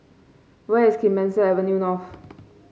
where is Clemenceau Avenue North